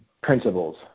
principles